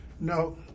No